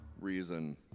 reason